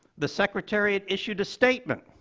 the secretariat issued a statement.